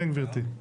כן גברתי?